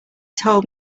told